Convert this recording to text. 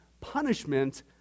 Punishment